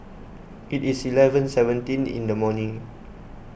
it is eleven seventeen in the evening